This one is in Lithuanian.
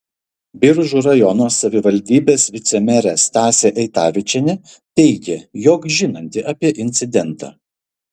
biržų rajono savivaldybės vicemerė stasė eitavičienė teigė jog žinanti apie incidentą